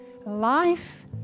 Life